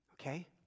Okay